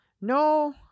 No